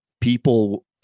people